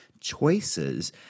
choices